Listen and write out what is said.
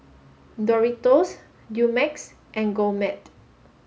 Doritos Dumex and Gourmet